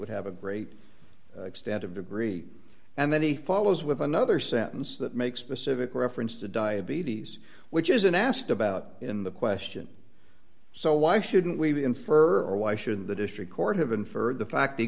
would have a great extent of degree and then he follows with another sentence that makes specific reference to diabetes which is an asked about in the question so why shouldn't we infer d or why shouldn't the district court have been for the fact